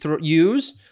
use